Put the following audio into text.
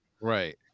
right